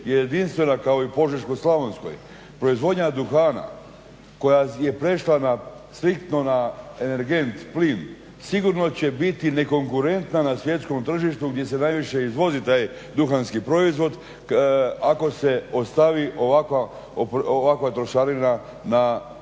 jedinstvena kao i u Požeško-slavonskoj. Proizvodnja duhana koja je prešla striktno na energent, plin, sigurno će biti nekonkurentna na svjetskom tržištu gdje se najviše i vozi taj duhanski proizvod ako se ostavi ovakva trošarina na plin u